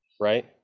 right